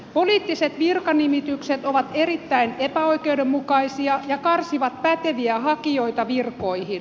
poliittiset virkanimitykset ovat erittäin epäoikeudenmukaisia ja karsivat päteviä hakijoita virkoihin